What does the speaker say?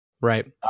right